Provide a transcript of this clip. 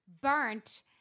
burnt